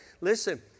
Listen